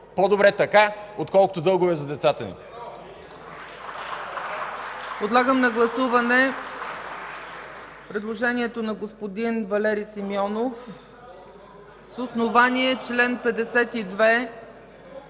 По-добре така, отколкото дългове за децата ни!